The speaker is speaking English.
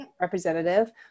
representative